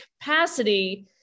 capacity